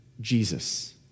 Jesus